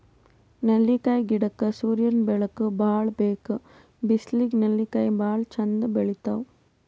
ನೆಲ್ಲಿಕಾಯಿ ಗಿಡಕ್ಕ್ ಸೂರ್ಯನ್ ಬೆಳಕ್ ಭಾಳ್ ಬೇಕ್ ಬಿಸ್ಲಿಗ್ ನೆಲ್ಲಿಕಾಯಿ ಭಾಳ್ ಚಂದ್ ಬೆಳಿತಾವ್